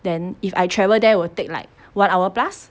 then if I travel there will take like one hour plus